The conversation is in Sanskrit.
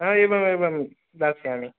एवम् एवं दास्यामि